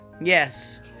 Yes